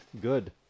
Good